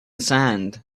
sand